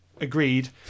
agreed